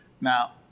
Now